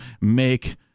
make